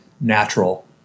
natural